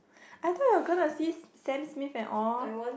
I thought you were gonna see Sam-Smith and all